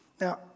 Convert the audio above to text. Now